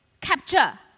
capture